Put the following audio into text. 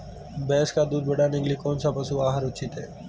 भैंस का दूध बढ़ाने के लिए कौनसा पशु आहार उचित है?